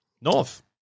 North